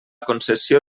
concessió